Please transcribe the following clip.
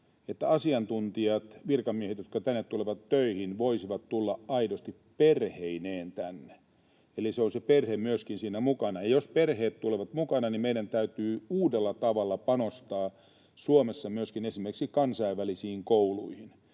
niin asiantuntijat, virkamiehet, jotka tänne tulevat töihin, voisivat tulla aidosti perheineen tänne. Eli se olisi se perhe myöskin siinä mukana. Ja jos perheet tulevat mukana, niin meidän täytyy uudella tavalla panostaa Suomessa myöskin esimerkiksi kansainvälisiin kouluihin,